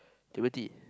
Timothy